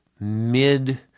mid